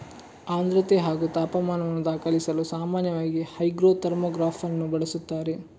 ಆರ್ದ್ರತೆ ಹಾಗೂ ತಾಪಮಾನವನ್ನು ದಾಖಲಿಸಲು ಸಾಮಾನ್ಯವಾಗಿ ಹೈಗ್ರೋ ಥರ್ಮೋಗ್ರಾಫನ್ನು ಬಳಸುತ್ತಾರೆ